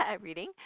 reading